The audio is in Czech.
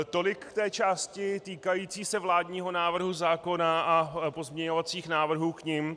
Tolik k té části týkající se vládního návrhu zákona a pozměňovacích návrhů k nim.